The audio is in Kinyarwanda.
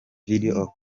video